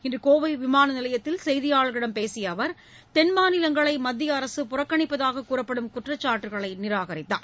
இன்று கோவை விமான நிலையத்தில் செய்தியாளர்களிடம் பேசிய அவர் தென் மாநிலங்களை மத்திய அரசு புறக்கணிப்பதாக கூறப்படும் குற்றச்சாட்டுக்களை நிராகரித்தார்